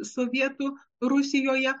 sovietų rusijoje